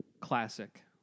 Classic